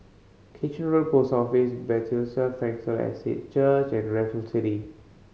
Kitchener Road Post Office Bethesda Frankel Estate Church and Raffle City